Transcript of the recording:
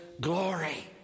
glory